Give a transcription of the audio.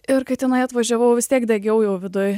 ir kai tenai atvažiavau vis tiek daugiau jau viduj